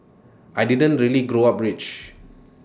I didn't really grow up rich